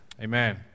amen